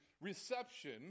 reception